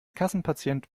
kassenpatient